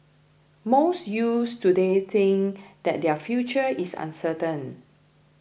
most youths today think that their future is uncertain